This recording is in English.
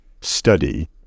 study